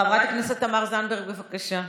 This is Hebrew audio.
חברת הכנסת תמר זנדברג, בבקשה.